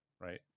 right